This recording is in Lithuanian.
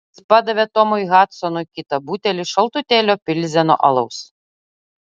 jis padavė tomui hadsonui kitą butelį šaltutėlio pilzeno alaus